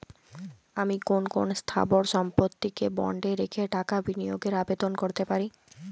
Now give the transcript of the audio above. আমি কোন কোন স্থাবর সম্পত্তিকে বন্ডে রেখে টাকা বিনিয়োগের আবেদন করতে পারি?